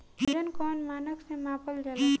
वजन कौन मानक से मापल जाला?